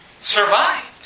survived